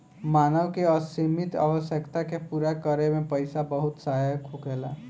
मानव के असीमित आवश्यकता के पूरा करे में पईसा बहुत सहायक होखेला